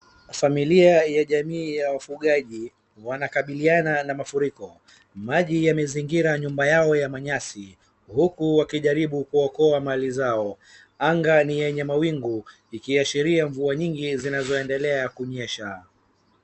Familia ya jamii ya wafugaji wanakabiliana na mafuriko. Maji yamezingira nyumba yao ya manyasi, huku wakijaribu kuokoa mali zao. Anga ni yenye mawingu, ikiashiria mvua nyingi zinazoendelea kunyesha.